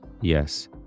Yes